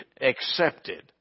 accepted